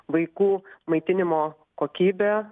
vaikų maitinimo kokybė